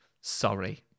Sorry